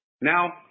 Now